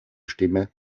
stimme